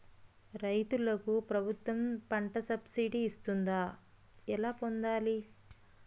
రైతులకు ప్రభుత్వం పంట సబ్సిడీ ఇస్తుందా? ఎలా పొందాలి?